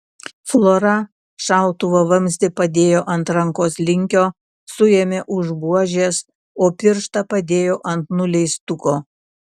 flora šautuvo vamzdį padėjo ant rankos linkio suėmė už buožės o pirštą padėjo ant nuleistuko